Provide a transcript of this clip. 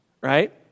right